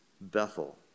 Bethel